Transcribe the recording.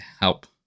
help